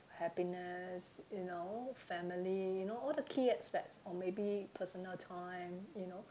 happiness you know family you know all the key aspects or maybe personal time you know